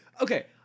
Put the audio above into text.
okay